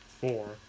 four